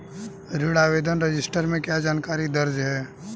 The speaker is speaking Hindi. ऋण आवेदन रजिस्टर में क्या जानकारी दर्ज है?